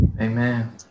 amen